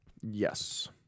Yes